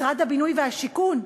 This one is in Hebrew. משרד הבינוי והשיכון,